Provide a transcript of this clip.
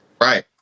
right